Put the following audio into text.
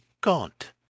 gaunt